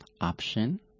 option